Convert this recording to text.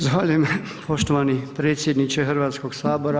Zahvaljujem poštovani predsjedniče Hrvatskog sabora.